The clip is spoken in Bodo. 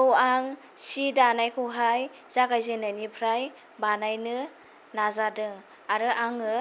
औ आं सि दानायखौहाय जागायजेननायनिफ्राय बानायनो नाजादों आरो आङो